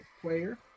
player